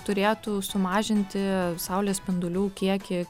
turėtų sumažinti saulės spindulių kiekį